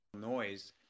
noise